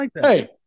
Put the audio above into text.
Hey